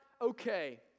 okay